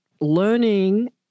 learning